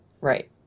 Right